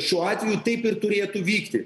šiuo atveju taip ir turėtų vykti